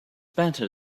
better